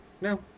No